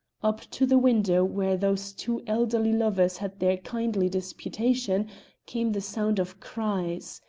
up to the window where those two elderly lovers had their kindly disputation came the sound of cries.